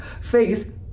faith